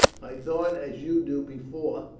i thought as you do before